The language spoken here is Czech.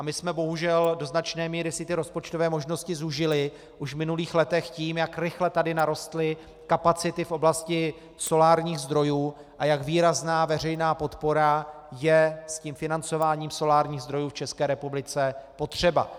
My jsme si bohužel do značné míry rozpočtové možnosti zúžili už v minulých letech tím, jak rychle tady narostly kapacity v oblasti solárních zdrojů a jak výrazná veřejná podpora je s financováním solárních zdrojů v České republice potřeba.